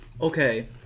Okay